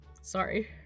Sorry